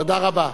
תודה רבה.